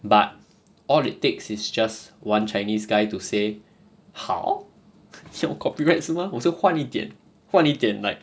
but all it takes is just one chinese guy to say 好你要 copyright 是吗我就换一点换一点 like